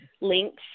links